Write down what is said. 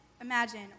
imagine